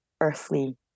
earthly